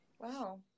Wow